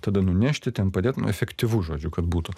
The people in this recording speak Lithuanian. tada nunešti ten padėt nu efektyvu žodžiu kad būtų